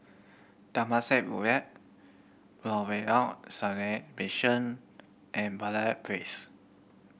Temasek Norwegian Seamen Mission and Place